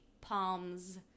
palms